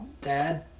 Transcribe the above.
Dad